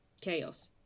chaos